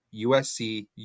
USC